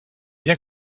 bien